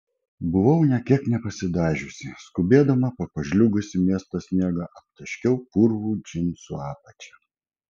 buvau nė kiek nepasidažiusi skubėdama po pažliugusį miesto sniegą aptaškiau purvu džinsų apačią